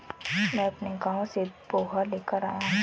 मैं अपने गांव से पोहा लेकर आया हूं